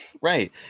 Right